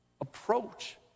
approach